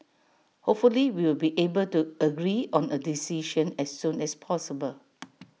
hopefully we will be able to agree on A decision as soon as possible